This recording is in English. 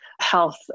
health